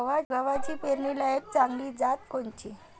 गव्हाची पेरनीलायक चांगली जात कोनची?